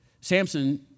Samson